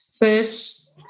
First